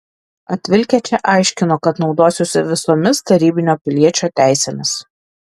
atvilkę čia aiškino kad naudosiuosi visomis tarybinio piliečio teisėmis